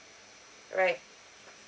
right